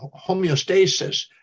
homeostasis